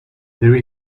there